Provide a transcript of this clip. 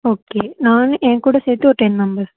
okay நான் என் கூட சேர்த்து ஒரு டென் மெம்பர்ஸ்